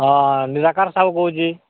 ହଁ ନିରାକାର ସାହୁ କହୁଛି